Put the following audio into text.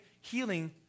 healing